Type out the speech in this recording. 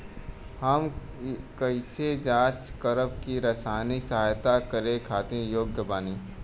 हम कइसे जांच करब की सामाजिक सहायता करे खातिर योग्य बानी?